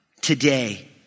today